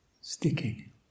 sticking